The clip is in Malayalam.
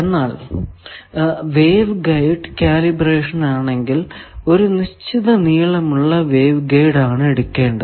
എന്നാൽ വേവ് ഗൈഡ് കാലിബ്രേഷൻ ആണെങ്കിൽ ഒരു നിശ്ചിത നീളമുള്ള വേവ് ഗൈഡ് ആണ് എടുക്കേണ്ടത്